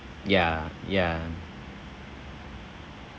ya ya